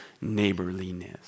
neighborliness